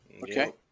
Okay